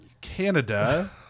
Canada